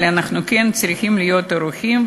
אבל אנחנו כן צריכים להיות ערוכים,